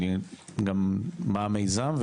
מה המיזם?